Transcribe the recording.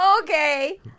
Okay